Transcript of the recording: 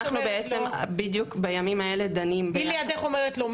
אנחנו בעצם בדיוק בימים האלה דנים --- היא לידך אומרת לא,